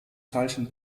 teilchen